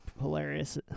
hilarious